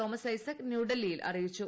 Thomas Isaac ന്യൂഡൽഹിയിൽ അറിയിച്ചു